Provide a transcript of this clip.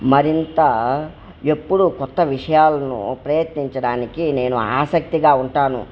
మరింత ఎప్పుడు కొత్త విషయాలను ప్రయత్నించడానికి నేను ఆసక్తిగా ఉంటాను